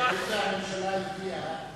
הואיל והממשלה הגיעה,